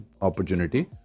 opportunity